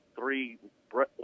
three